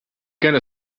gonna